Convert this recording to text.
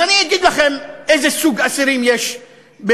אז אני אגיד לכם איזה סוג של אסירים יש בשטח.